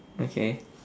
okay